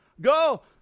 Go